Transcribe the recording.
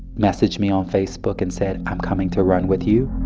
messaged me on facebook and said, i'm coming to run with you